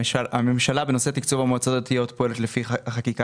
הממשלה בנושא תקצוב המועצות הדתיות פועלת לפי החקיקה